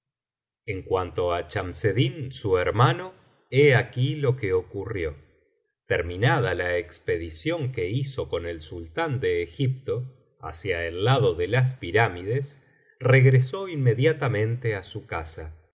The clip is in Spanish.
en cuanto á chamseddin su hermano he aquí lo que ocurrió terminada la expedición que hizo con el sultán de egipto hacia el lado de las pirámides regresó inmediatamente á su casa